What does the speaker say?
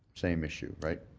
same issue, right?